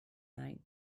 night